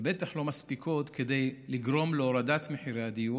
ובטח לא מספיקות כדי לגרום להורדת מחירי הדיור,